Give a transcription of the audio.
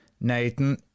Nathan